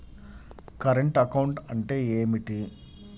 Current account అంటే ఏమిటి?